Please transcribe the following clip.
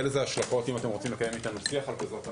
לזה השלכות אם אתם רוצים לקיים אתנו שיח על כזאת אמירה.